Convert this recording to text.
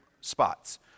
spots